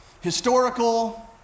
historical